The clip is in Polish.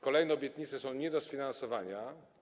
Kolejne obietnice są nie do sfinansowania.